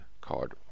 card